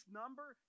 number